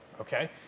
okay